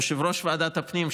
יושב-ראש ועדת הפנים,